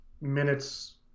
minutes